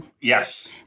Yes